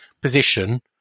position